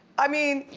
i mean,